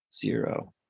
zero